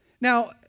Now